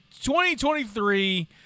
2023